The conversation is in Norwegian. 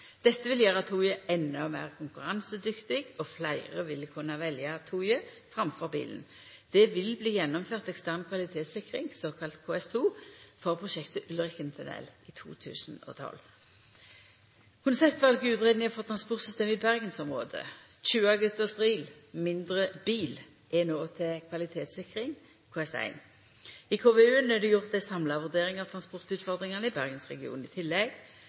Dette vil gjera toget endå meir konkurransedyktig, og fleire vil kunna velja toget framfor bilen. Det vil bli gjennomført ekstern kvalitetssikring, såkalla KS2, for prosjektet Ulriken tunnel i 2012. Konseptvalutgreiinga for transportsystemet i bergensområdet, «Kjuagutt og stril – mindre bil», er no til kvalitetssikring, KS1. I KVU-en er det gjort ei samla vurdering av transportutfordringane i Bergensregionen. I tillegg